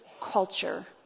culture